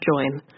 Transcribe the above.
join